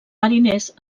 mariners